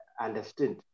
understand